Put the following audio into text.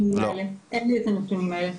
אין לי את הנתונים האלה.